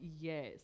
yes